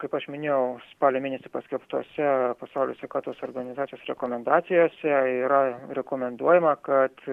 kaip aš minėjau spalio mėnesį paskelbtose pasaulio sveikatos organizacijos rekomendacijose yra rekomenduojama kad